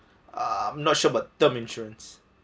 um not sure bout term insurance